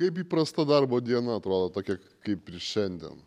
kaip įprasta darbo diena atrodo tokia kaip ir šiandien